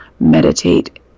meditate